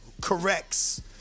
corrects